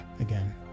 again